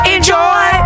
Enjoy